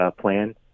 plan